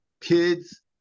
kids